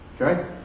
okay